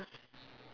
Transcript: ya